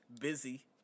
Busy